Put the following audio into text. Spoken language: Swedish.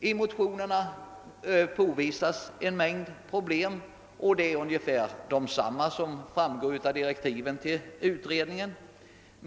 I motionerna påvisas en mängd problem, och dessa är ungefär desamma som framgår av direktiven till utredningen.